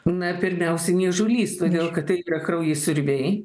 na pirmiausiai niežulys todėl kad tai yra kraujasiurbiai